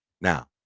Now